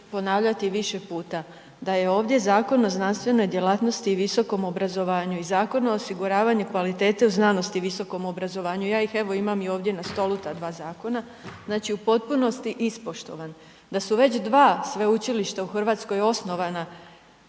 ponavljati više puta, da je ovdje Zakon o znanstvenoj djelatnosti i visokom obrazovanju i Zakon o osiguravanju kvalitete u znanosti u visokom obrazovanju, ja ih evo, imam i ovdje na stolu, ta dva zakona, znači u potpunosti ispoštovan. Da su već dva sveučilišta u Hrvatskoj osnovana